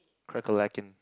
crackling